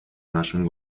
нашем